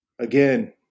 again